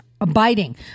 abiding